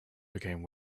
became